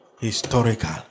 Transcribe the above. historical